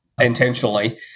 intentionally